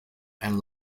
and